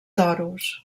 toros